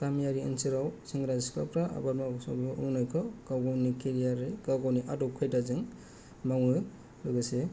गामियारि ओनसोलाव सेंग्रा सिख्लाफ्रा आबाद मावो हिसाबै मावनायखौ गाव गावनि केरियारयै गाव गावनि आदब खायदाजों मावो लोगोसे